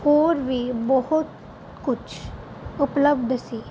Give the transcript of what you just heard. ਹੋਰ ਵੀ ਬਹੁਤ ਕੁਛ ਉਪਲਬਧ ਸੀ